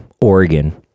Oregon